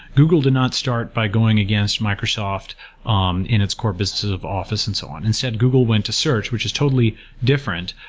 google did not start by going against microsoft um in its core businesses of office and so on, instead google went to search, which is totally different.